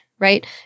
right